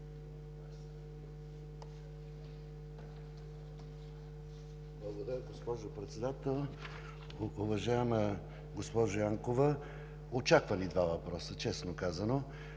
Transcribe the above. Благодаря Ви, госпожо Председател. Уважаема госпожо Янкова, очаквани два въпроса – честно казано.